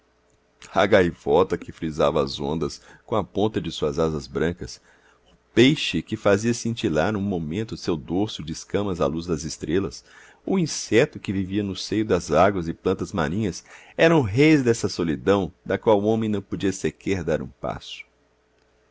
a gaivota que frisava as ondas com a ponta de suas asas brancas o peixe que fazia cintilar um momento seu dorso de escamas à luz das estrelas o inseto que vivia no seio das águas e plantas marinhas eram reis dessa solidão na qual o homem não podia sequer dar um passo